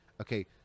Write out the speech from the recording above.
Okay